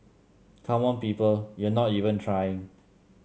come on people you're not even trying